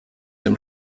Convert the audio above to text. dem